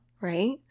right